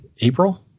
April